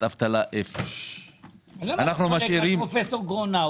אבטלה 0. למה אתה חולק על פרופ' גרונאו?